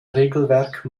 regelwerk